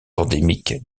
endémiques